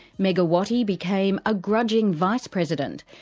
megawati became a grudging vice president,